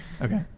okay